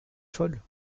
folle